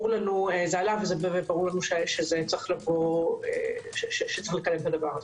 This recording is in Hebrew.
זה עלה וברור לנו שזה צריך לבוא ולקדם את הדבר הזה.